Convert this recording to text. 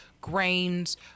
grains